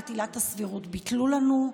את עילת הסבירות ביטלו לנו.